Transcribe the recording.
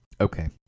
Okay